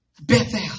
Bethel